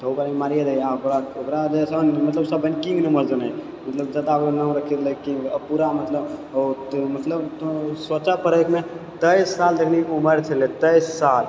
तऽ ओकरा मारियै दैयै आओर ओकरा ओकरा जैसन मतलब सभ किंग जनैत मतलब जितना देर खेललै किंग पूरा मतलब तौं मतलब सोच पड़ै तेइस साल तखनि उमर छलेह तेइस साल